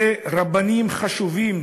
ורבנים חשובים